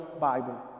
bible